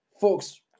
folks